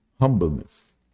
humbleness